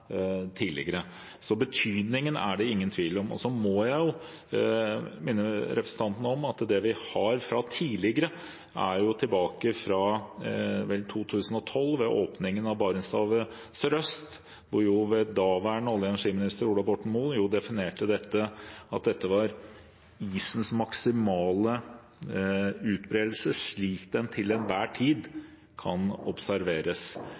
tidligere, fra Stortingets side, ble iskantsonen omtalt, da vi hadde oppdatering av Norskehavet. Så betydningen er det ingen tvil om. Så må jeg minne representanten om at det vi har fra tidligere, går tilbake til 2012, da daværende olje- og energiminister Ola Borten Moe ved åpningen av Barentshavet sørøst definerte det slik at dette var isens maksimale utbredelse, slik den til enhver tid kan observeres.